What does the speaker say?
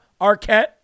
Arquette